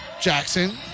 Jackson